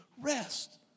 rest